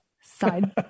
side